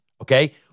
okay